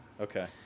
Okay